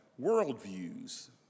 worldviews